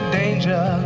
danger